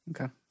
Okay